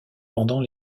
pendant